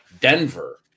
Denver